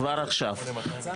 כבר עכשיו,